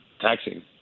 taxing